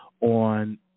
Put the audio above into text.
on